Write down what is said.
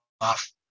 off